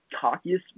cockiest